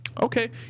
Okay